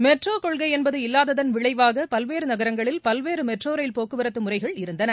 metro கொள்கை என்பது இல்லாததன் விளைவாக பல்வேறு நகரங்களில் பல்வேறு மெட்ரோ ரயில் போக்குவர்தது முறைகள் இருந்தன